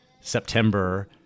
September